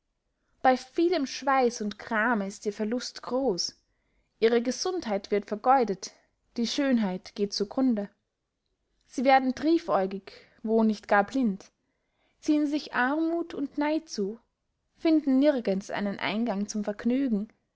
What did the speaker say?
bey vielem schweiß und grame ist ihr verlust groß ihre gesundheit wird vergeudet die schönheit geht zu grunde sie werden triefäugig wo nicht gar blind ziehen sich armuth und neid zu finden nirgends einen eingang zum vergnügen